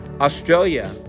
Australia